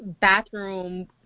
bathroom